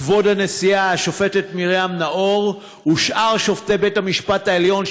כבוד הנשיאה השופטת מרים נאור ושאר שופטי בית-המשפט העליון,